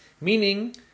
Meaning